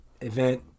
event